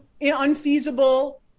unfeasible